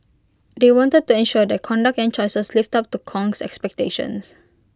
they wanted to ensure their conduct and choices lived up to Kong's expectations